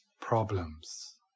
problems